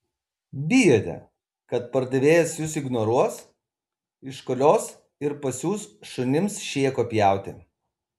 bijote kad pardavėjas jus ignoruos iškolios ir pasiųs šunims šėko pjauti